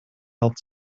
health